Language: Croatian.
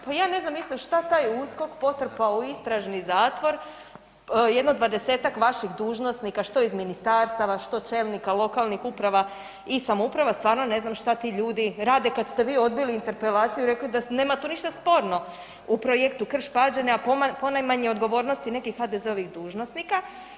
Pa ja ne znam isto šta taj USKOK potrpao u istražni zatvor jedno 20-tak vaših dužnosnika što iz ministarstava što čelnika lokalnih uprava i samouprava, stvarno ne znam šta ti ljudi rade kad ste vi odbili interpelaciju i rekli da nema tu ništa sporno u projektu Krš-Pađene, a ponajmanje odgovornosti nekih HDZ-ovih dužnosnika.